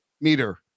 meter